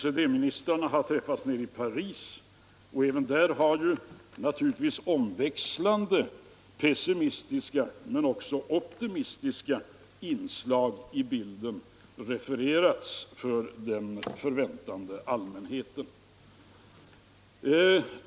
OECD-ministrarna har träffats nere i Paris, och där har naturligtvis omväxlande pessimistiska och optimistiska inslag i bilden refererats för allmänheten.